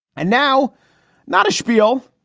and now not a shpiel.